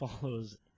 follows